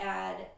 add